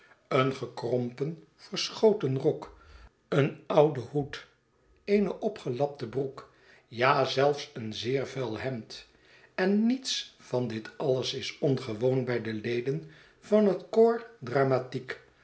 een gekrompen verschoten rok een oude hoed eene gelapte broek ja zelfs een zeer vuil hemd en niets van dit alles is ongewoon bij deleden van het corps dramatique